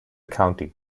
county